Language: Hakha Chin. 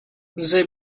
zei